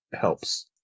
helps